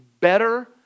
better